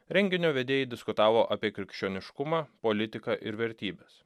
renginio vedėjai diskutavo apie krikščioniškumą politiką ir vertybes